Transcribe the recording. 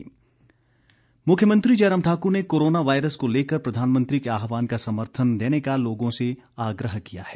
मुख्यमंत्री मुख्यमंत्री जयराम ठाकुर ने कोरोना वायरस को लेकर प्रधानमंत्री के आहवान का समर्थन देने का लोगों से आग्रह किया है